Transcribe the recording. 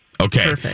Okay